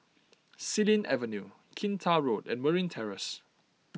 Xilin Avenue Kinta Road and Marine Terrace